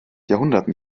jahrhunderten